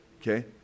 okay